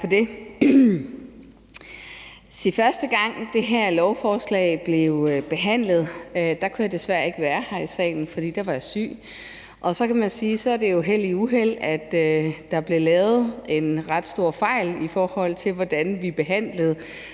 Første gang det her lovforslag blev behandlet, kunne jeg desværre ikke være her i salen, for der var jeg syg, og så kan man sige, at det jo er held i uheld, at der blev lavet en ret stor fejl, i forhold til hvordan vi behandlede